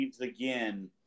again